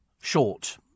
short